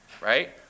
right